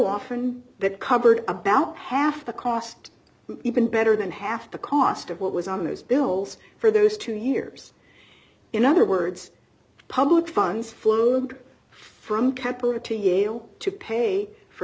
often that covered about half the cost even better than half the cost of what was on those bills for those two years in other words public funds flowed from